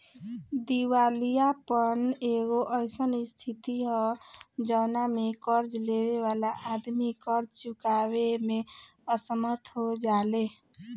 दिवालियापन एगो अईसन स्थिति ह जवना में कर्ज लेबे वाला आदमी कर्ज चुकावे में असमर्थ हो जाले